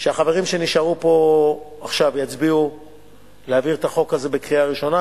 שהחברים שנשארו פה עכשיו יצביעו להעביר את החוק הזה בקריאה ראשונה.